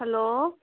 hello